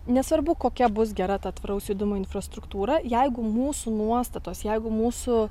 nesvarbu kokia bus gera ta tvaraus judumo infrastruktūra jeigu mūsų nuostatos jeigu mūsų